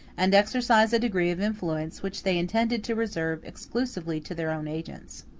and exercise a degree of influence which they intended to reserve exclusively to their own agents.